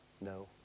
no